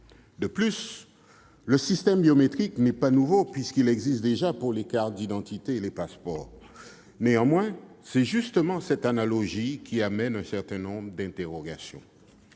De plus, le système biométrique n'est pas nouveau : il existe déjà pour les cartes d'identité et les passeports. Néanmoins, c'est justement cette analogie qui suscite un certain nombre d'interrogations.